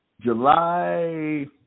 July